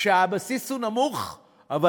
כשהבסיס הוא נמוך אבל